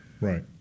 right